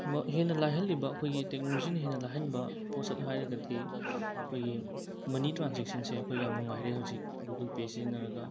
ꯍꯦꯟꯅ ꯂꯥꯏꯍꯜꯂꯤꯕ ꯑꯩꯈꯣꯏꯒꯤ ꯇꯦꯛꯅꯣꯂꯣꯖꯤꯅ ꯍꯦꯟꯅ ꯂꯥꯏꯍꯟꯕ ꯄꯣꯠꯁꯛ ꯍꯥꯏꯔꯒꯗꯤ ꯑꯩꯈꯣꯏꯒꯤ ꯃꯅꯤ ꯇ꯭ꯔꯥꯟꯖꯦꯛꯁꯟꯁꯦ ꯑꯩꯈꯣꯏ ꯌꯥꯝ ꯅꯨꯡꯉꯥꯏꯔꯦ ꯍꯧꯖꯤꯛ ꯒꯨꯒꯜ ꯄꯦ ꯁꯤꯖꯤꯟꯅꯔꯒ